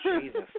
Jesus